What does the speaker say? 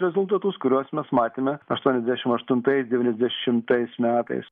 rezultatus kuriuos mes matėme aštuoniasdešim aštuntais devyniasdešimtais metais